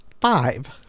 five